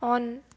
on